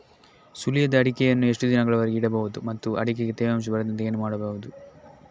ಸುಲಿಯದ ಅಡಿಕೆಯನ್ನು ಎಷ್ಟು ದಿನಗಳವರೆಗೆ ಇಡಬಹುದು ಮತ್ತು ಅಡಿಕೆಗೆ ತೇವಾಂಶ ಬರದಂತೆ ಏನು ಮಾಡಬಹುದು?